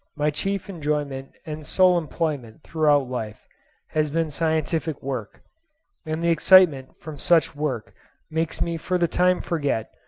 my chief enjoyment and sole employment throughout life has been scientific work and the excitement from such work makes me for the time forget,